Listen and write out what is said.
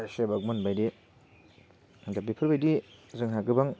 सेबागमोनबायदि दा बेफोरबादि जोंहा गोबां